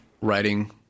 writing